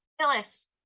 Phyllis